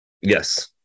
Yes